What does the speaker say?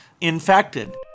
infected